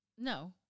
No